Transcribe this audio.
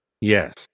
Yes